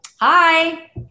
Hi